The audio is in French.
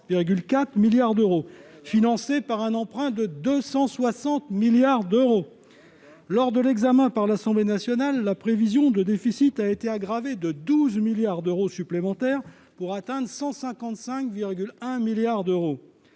143,4 milliards d'euros, financé par un emprunt de 260 milliards d'euros. Lors de l'examen du texte à l'Assemblée nationale, la prévision de déficit a été aggravée de 12 milliards d'euros supplémentaires pour atteindre 155,1 milliards d'euros.